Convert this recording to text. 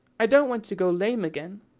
i don't want to go lame again.